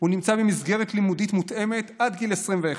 נמצא במסגרת לימודית מותאמת עד גיל 21,